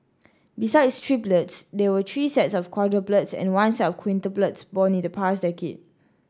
besides triplets there were three sets of quadruplets and one set of quintuplets born in the past decade